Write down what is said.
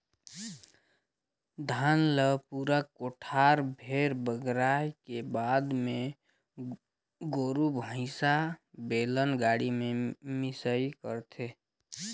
धान ल पूरा कोठार भेर बगराए के बाद मे गोरु भईसा, बेलन गाड़ी में मिंसई करथे